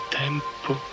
tempo